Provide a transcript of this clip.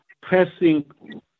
pressing